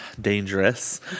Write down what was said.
dangerous